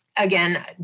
again